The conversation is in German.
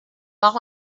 bau